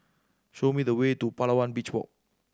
show me the way to Palawan Beach Walk